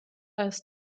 ist